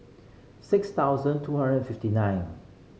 six thousand two hundred fifty nine